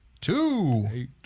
two